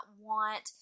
want